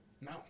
No